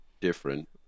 different